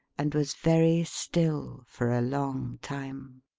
and was very still for a long time.